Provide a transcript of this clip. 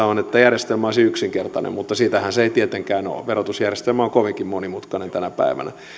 on se että järjestelmä olisi yksinkertainen mutta sitähän se ei tietenkään ole ole verotusjärjestelmä on kovinkin monimutkainen tänä päivänä